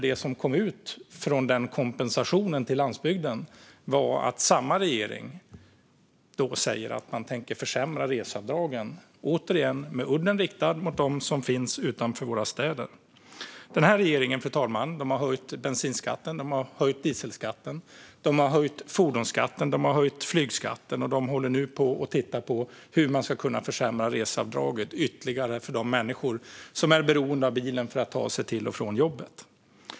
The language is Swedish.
Det som kom ut av den kompensationen till landsbygden var nämligen att samma regering nu säger att man tänker försämra reseavdragen, återigen med udden riktad mot dem som finns utanför våra städer. Den här regeringen, fru talman, har höjt bensinskatten, höjt dieselskatten, höjt fordonsskatten och höjt flygskatten, och den håller nu på och tittar på hur man ska kunna försämra reseavdraget ytterligare för de människor som är beroende av bilen för att ta sig till och från jobbet.